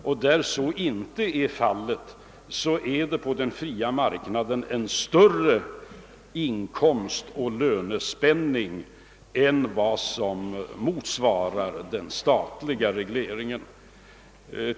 Om så inte är fallet, existerar på den fria marknaden en större inkomstoch lönespänning än vad som motsvarar den statliga regleringen.